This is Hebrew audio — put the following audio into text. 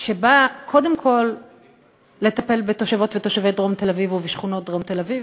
שבא קודם כול לטפל בתושבות ותושבי דרום תל-אביב ובשכונות דרום תל-אביב,